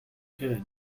could